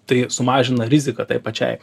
tai sumažina riziką taip pačiai